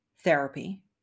therapy